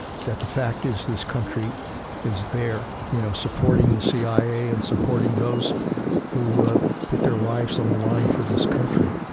that the fact is, this country is there, you know, supporting the cia and supporting those who put their lives on the line for this country.